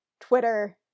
Twitter